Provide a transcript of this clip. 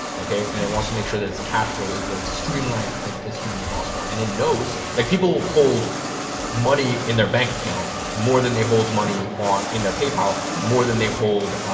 okay. and it wants to make sure that its cashflow is as streamlined as humanly possible and it knows that people hold money in their bank account more than they hold money on in their paypal more than they hold,